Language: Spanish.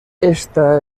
esta